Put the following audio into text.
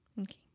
Okay